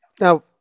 Now